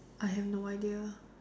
I have no idea